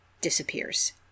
disappears